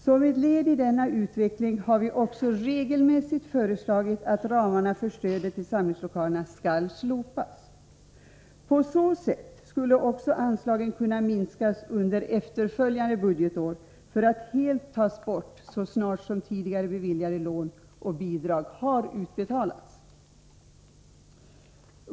Som ett led i denna avveckling har vi också regelmässigt föreslagit att ramarna för stödet till samlingslokaler skall slopas. På så sätt skulle också anslagen kunna minskas under efterföljande budgetår för att helt tas bort så snart som tidigare beviljade lån och bidrag har utbetalats.